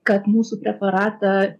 kad mūsų preparatą